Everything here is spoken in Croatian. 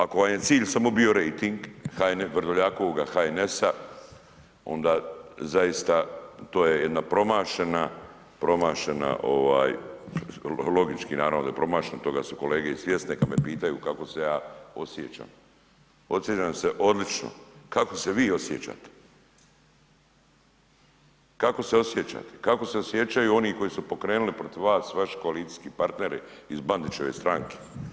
Ako vam je cilj samo bio rejting, HNS, Vrdoljakovoga HNS-a onda zaista to je jedna promašena, promašena ovaj logički naravno da je promašena, toga su kolege i svjesne kad me pitaju kako se ja osjećam, osjećam se odlično, kako se vi osjećate, kako se osjećate, kako se osjećaju oni koji su pokrenuli protiv vas, vaši koalicijski partneri iz Bandićeve stranke?